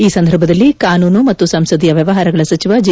ಈ ಸಂದರ್ಭದಲ್ಲಿ ಕಾನೂನು ಮತ್ತು ಸಂಸದೀಯ ವ್ಯವಹಾರ ಸಚಿವ ಜೆ